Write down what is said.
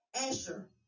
Asher